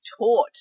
taught